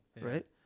right